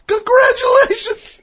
Congratulations